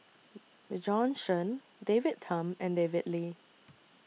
Bjorn Shen David Tham and David Lee